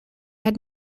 had